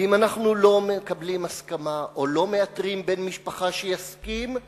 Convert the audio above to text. ואם אנחנו לא מקבלים הסכמה או לא מאתרים בן משפחה שיסכים,